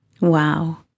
Wow